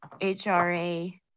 HRA